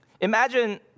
Imagine